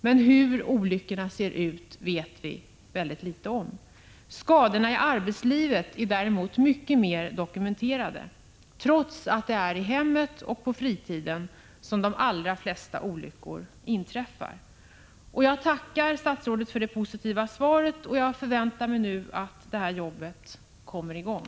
Men hur olyckorna ser ut vet vi mycket litet om. Skadorna i arbetslivet är däremot mycket mer dokumenterade, trots att det är i hemmet och på fritiden som de allra flesta olyckorna inträffar. Jag tackar statsrådet för det positiva svaret, och jag förväntar mig nu att detta arbete kommer i gång.